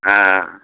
ஆ